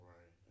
Right